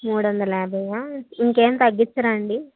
మూడు వందల యాభైయా ఇంకేం తగ్గిచ్చరాండి